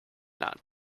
not